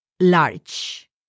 large